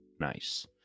nice